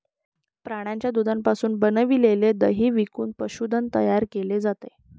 प्राण्यांच्या दुधापासून बनविलेले दही विकून पशुधन तयार केले जाते